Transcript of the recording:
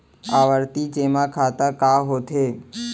आवर्ती जेमा खाता का होथे?